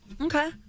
Okay